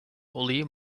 olayı